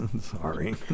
Sorry